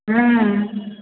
हूँ